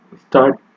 start